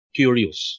curious